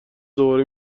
دوباره